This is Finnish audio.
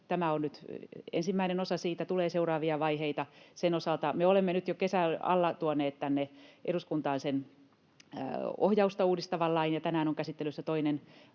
Tämä on nyt ensimmäinen osa. Sen osalta tulee seuraavia vaiheita. Me olemme nyt jo kesän alla tuoneet tänne eduskuntaan ohjausta uudistavan lain, ja tänään on käsittelyssä toinen